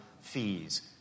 fees